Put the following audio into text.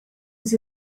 was